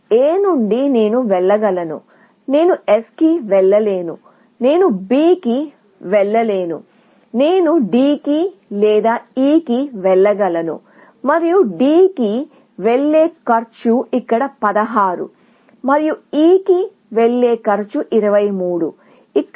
నేను A నుండి వెళ్ళగలను నేను S కి వెళ్ళలేను నేను B కి వెళ్ళలేను నేను D కి లేదా E కి వెళ్ళగలను మరియు D కి వెళ్ళే కాస్ట్ ఇక్కడ 16 మరియు E కి వెళ్ళే కాస్ట్ 23 ఇక్కడ